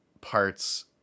parts